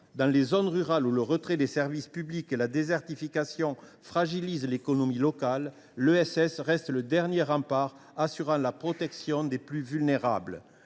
Dans les zones rurales où le retrait des services publics et la désertification fragilisent l’économie locale, l’ESS reste le dernier rempart, assurant la protection des plus vulnérables.